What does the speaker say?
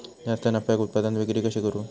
जास्त नफ्याक उत्पादन विक्री कशी करू?